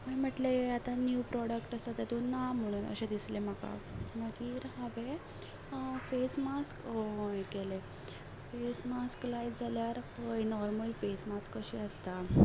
मागीर म्हटलें आतां आनी नीव प्रोडक्ट आसा तितून ना म्हणून अशें दिसलें म्हाका मागीर हांवें फेस मास्क हें केलें फेस मास्क लायत जाल्यार नॉर्मल फेस मास्क कशें आसता